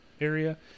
area